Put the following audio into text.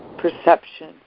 Perception